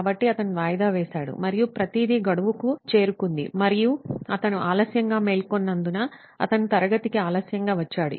కాబట్టి అతను వాయిదా వేసాడు మరియు ప్రతిదీ గడువుకు చేరుకుంది మరియు అతను ఆలస్యంగా మేల్కొన్నందున అతను తరగతికి ఆలస్యంగా వచ్చాడు